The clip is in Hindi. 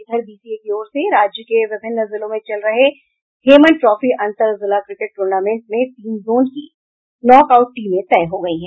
इधर बीसीए की ओर से राज्य के विभिन्न जिलों में चल रहे हेमन ट्राफी अंतर जिला क्रिकेट टूर्नामेंट में तीन जोन की नॉक आउट टीमें तय हो गयी है